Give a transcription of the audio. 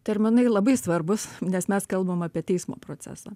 terminai labai svarbūs nes mes kalbam apie teismo procesą